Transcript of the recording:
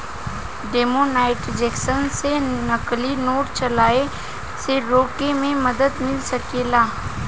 demonetisation से नकली note चलाए से रोके में मदद मिल सकेला